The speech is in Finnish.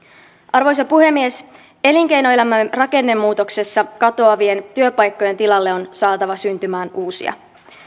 arvoisa puhemies elinkeinoelämän rakennemuutoksessa katoavien työpaikkojen tilalle on saatava syntymään uusia